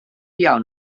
iawn